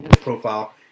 profile